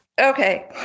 Okay